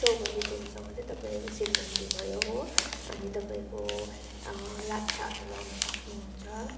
चौबन्दी चोलोसँग चाहिँ तपाईँको शिरबन्दी भयो हो अनि तपाईँको लाछा लगाउनु सक्नु हुन्छ